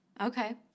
Okay